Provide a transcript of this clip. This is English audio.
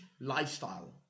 lifestyle